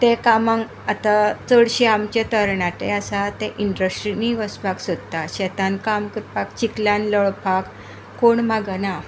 ते कामाक आतां चडशें आमचे तरणाटे आसा ते इंडस्ट्रीनी वचपाक सोदतात शेतान काम करपाक चिखलान लळपाक कोण मागना